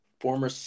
Former